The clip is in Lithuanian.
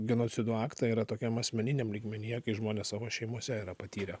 genocido aktą yra tokiam asmeniniam lygmenyje kai žmonės savo šeimose yra patyrę